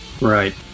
Right